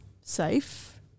safe